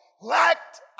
lacked